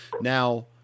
Now